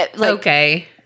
Okay